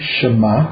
Shema